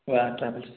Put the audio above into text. travels से